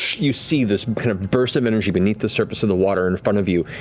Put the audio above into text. you see this kind of burst of energy beneath the surface of the water in front of you.